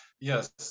Yes